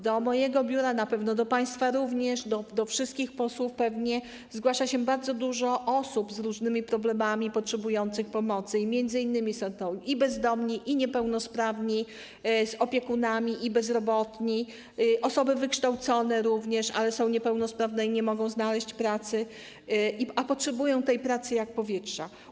Do mojego biura, na pewno do państwa również, do wszystkich posłów pewnie, zgłasza się bardzo dużo osób z różnymi problemami, potrzebujących pomocy, m.in. są to i bezdomni, i niepełnosprawni z opiekunami, i bezrobotni, również osoby wykształcone, ale niepełnosprawne i niemogące znaleźć pracy, a potrzebujące tej pracy jak powietrza.